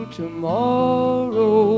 tomorrow